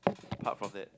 apart from that